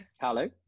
Hello